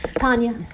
tanya